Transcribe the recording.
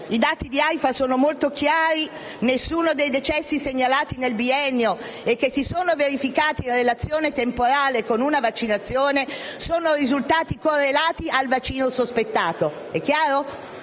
I dati dell'Aifa sono molto chiari: nessuno dei decessi segnalati nel biennio e che si sono verificati in relazione temporale con una vaccinazione sono risultati correlati al vaccino sospettato. È chiaro?